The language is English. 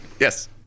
Yes